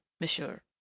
monsieur